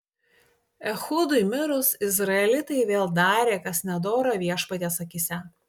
ehudui mirus izraelitai vėl darė kas nedora viešpaties akyse